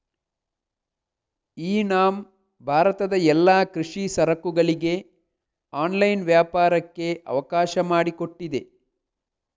E NAM ಭಾರತದ ಎಲ್ಲಾ ಕೃಷಿ ಸರಕುಗಳಿಗೆ ಆನ್ಲೈನ್ ವ್ಯಾಪಾರಕ್ಕೆ ಅವಕಾಶ ಮಾಡಿಕೊಟ್ಟಿದೆ